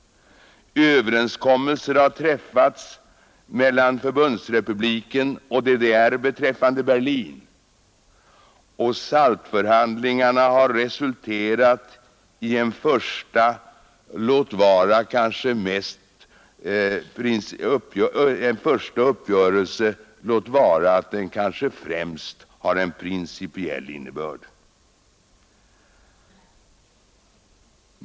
Överenskommelser har träffats mellan Förbundsrepubliken och DDR beträffande Berlin, och SALT-förhandlingarna har resulterat i en första uppgörelse, låt vara att den kanske främst har en principiell innebörd.